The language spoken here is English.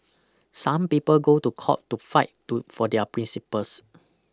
some people go to court to fight to for their principles